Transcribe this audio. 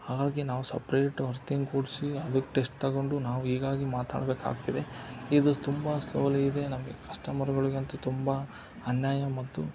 ಹಾಗೇ ನಾವು separate hearing ಕೊಡಿಸಿ ಅದುಕ್ಕೆ ಟೆಸ್ಟ್ ತಗೊಂಡು ನಾವು ಹೀಗಾಗಿ ಮಾತಾಡಬೇಕಾಗ್ತಿದೆ ಇದು ತುಂಬ ಸ್ಲೋಲಿ ಇದೆ ನಮಗೆ ಕಸ್ಟಮರ್ಗುಳಿಗೆ ಅಂತೂ ತುಂಬ ಅನ್ಯಾಯ ಮತ್ತು